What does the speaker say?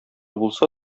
булса